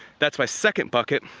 that's my second bucket.